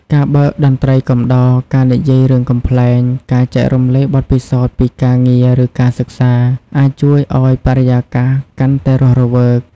ការបើកតន្ត្រីកំដរ ការនិយាយរឿងកំប្លែង ការចែករំលែកបទពិសោធន៍ពីការងារ ឬការសិក្សា អាចជួយឱ្យបរិយាកាសកាន់តែរស់រវើក ។